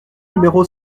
numéro